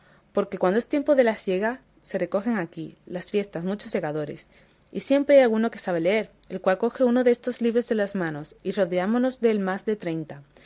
porque cuando es tiempo de la siega se recogen aquí las fiestas muchos segadores y siempre hay algunos que saben leer el cual coge uno destos libros en las manos y rodeámonos dél más de treinta